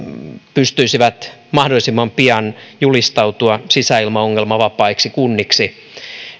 pystyisivät mahdollisimman pian julistautumaan sisäilmaongelmavapaiksi kunniksi